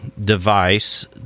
device